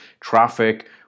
traffic